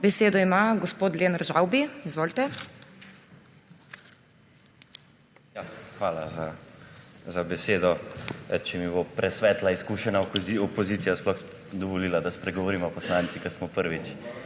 Besedo ima gospod Lenart Žavbi. Izvolite. LENART ŽAVBI: Hvala za besedo. Če mi bo presvetla izkušena opozicija sploh dovolila, da spregovorimo poslanci, ki smo prvič